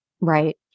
Right